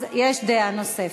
אז יש דעה נוספת.